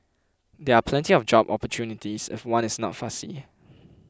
there are plenty of job opportunities if one is not fussy